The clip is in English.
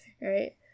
right